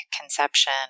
conception